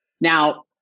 Now